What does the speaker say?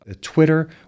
Twitter